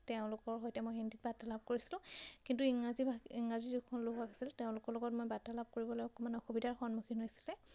তেওঁলোকৰ সৈতে মই হিন্দীত বাৰ্তালাপ কৰিছিলোঁ কিন্তু ইংৰাজী ভাষা ইংৰাজ যিসকল লোক আহিছিল তেওঁলোকৰ লগত মই বাৰ্তালাপ কৰিবলৈ অকণমান অসুবিধাৰ সন্মুখীন হৈছিলোঁ